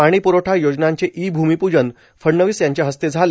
पाणी प्रवठा योजनांच्या ई भूमिपूजन फडणवीस यांच्या हस्ते झाले